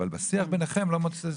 אבל בשיח ביניכן לא מוסיף כלום.